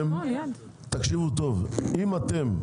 תקשיבו טוב, אם אתם,